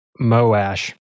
Moash